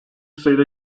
sayıda